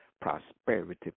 prosperity